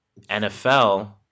NFL